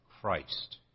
Christ